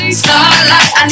starlight